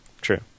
True